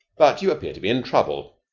but you appear to be in trouble.